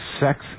sex